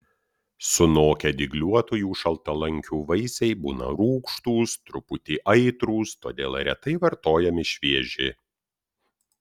sunokę dygliuotųjų šaltalankių vaisiai būna rūgštūs truputį aitrūs todėl retai vartojami švieži